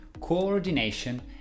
coordination